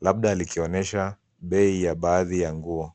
labda likionyesha bei ya baadhi ya nguo.